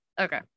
okay